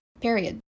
Period